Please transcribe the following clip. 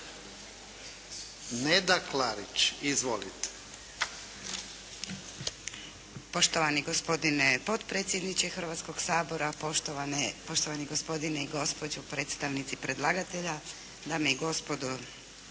Neda Klarić. Izvolite.